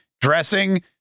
dressing